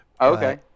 Okay